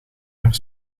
naar